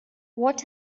what